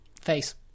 face